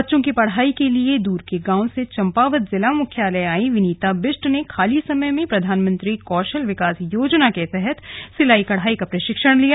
बच्चों की पढ़ाई के लिए दूर के गांव से चंपावत जिला मुख्यालय आई विनीता बिष्ट ने खाली समय में प्रधानमंत्री कौशल विकास योजना के तहत सिलाई कढ़ाई का प्रशिक्षण लिया